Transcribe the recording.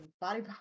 body